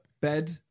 Bed